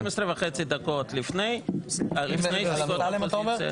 12 וחצי דקות לפני --- על אמסלם אתה אומר?